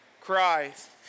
christ